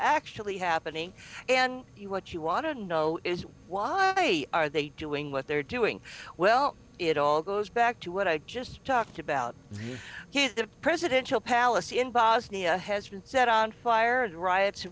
actually happening and what you want to know is why are they doing what they're doing well it all goes back to what i just talked about his the presidential palace in bosnia has been set on fire and riots